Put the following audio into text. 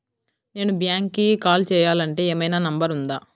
నేను బ్యాంక్కి కాల్ చేయాలంటే ఏమయినా నంబర్ ఉందా?